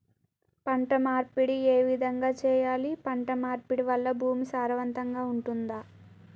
పంట మార్పిడి ఏ విధంగా చెయ్యాలి? పంట మార్పిడి వల్ల భూమి సారవంతంగా ఉంటదా?